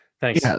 Thanks